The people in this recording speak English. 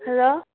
hello